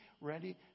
ready